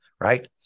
right